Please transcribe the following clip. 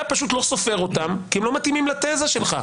אתה פשוט לא סופר אותם כי הם לא מתאימים לתזה שלך,